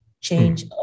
change